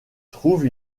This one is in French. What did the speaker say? trouve